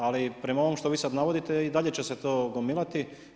Ali prema ovom što vi sad navodite i dalje će se to gomilati.